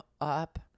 up